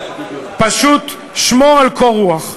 פשוט שמור על קור רוח.